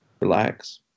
relax